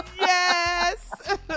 Yes